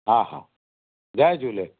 हा हा जय झूले